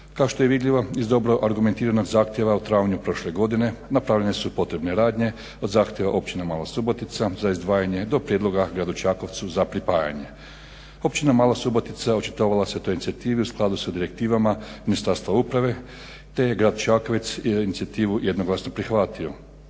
Kao što je vidljivo iz dobro argumentiranog zahtjeva u travnju prošle godine napravljene su i potrebne radnje od zahtjeva općine Mala Subotica za izdvajanje do prijedloga gradu Čakovcu za pripajanje. Općina Mala Subotica očitovala se u toj inicijativi u skladu sa direktivama Ministarstva uprave, te je grad Čakovec inicijativu jednoglasno prihvatio,